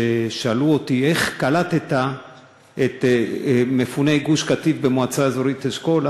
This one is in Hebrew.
שאלו אותי: איך קלטת את מפוני גוש-קטיף במועצה אזורית אשכול?